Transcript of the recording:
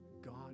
God